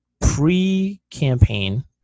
pre-campaign